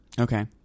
Okay